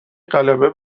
غلبه